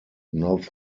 north